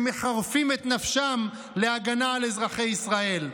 שמחרפים את נפשם להגנה על אזרחי ישראל.